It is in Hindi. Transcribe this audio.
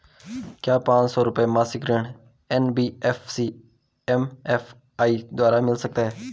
क्या पांच सौ रुपए मासिक ऋण एन.बी.एफ.सी एम.एफ.आई द्वारा मिल सकता है?